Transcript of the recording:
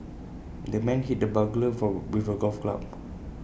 the man hit the burglar with A golf club